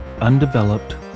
undeveloped